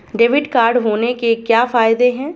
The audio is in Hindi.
डेबिट कार्ड होने के क्या फायदे हैं?